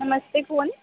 नमस्ते कौन